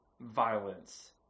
violence